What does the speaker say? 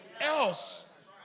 else